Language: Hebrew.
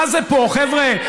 מה זה פה, חבר'ה?